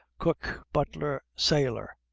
cook, butler, sailor.